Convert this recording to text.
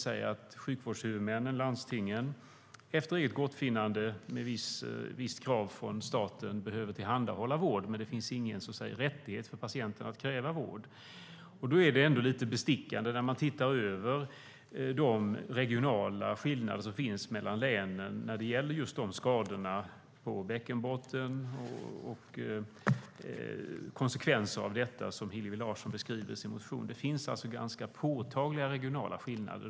Sjukvårdshuvudmännen, landstingen, har efter eget gottfinnande med visst krav från staten att tillhandahålla vård. Men det finns ingen rättighet för patienten att kräva vård. Det är ändå lite bestickande när man tittar över de regionala skillnader som finns mellan länen när det gäller just skadorna på bäckenbotten och de konsekvenser som Hillevi Larsson beskriver i sin interpellation. Det finns påtagliga regionala skillnader.